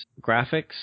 graphics